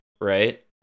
right